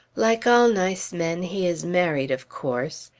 like all nice men, he is married, of course.